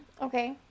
Okay